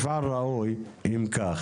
ראוי, אם כך?